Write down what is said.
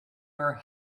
her